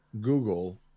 Google